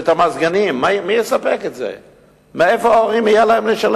לפי השכל